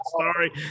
sorry